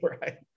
Right